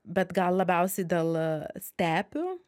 bet gal labiausiai dėl stepių